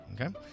Okay